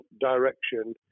direction